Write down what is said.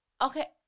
Okay